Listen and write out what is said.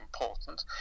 important